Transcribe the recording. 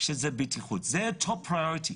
זה בטיחות, זה בחשיבות עליונה.